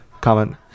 comment